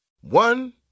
One